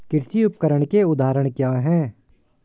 कृषि उपकरण के उदाहरण क्या हैं?